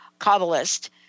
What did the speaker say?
Kabbalist